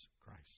Christ